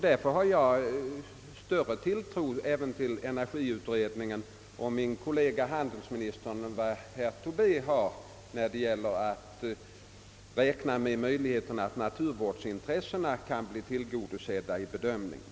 Därför har jag större tilltro till energiutredningen och till min kollega handelsministern än herr Tobé har när det gäller naturvårdsintressenas möjligheter att bli tillgodosedda vid bedömningen.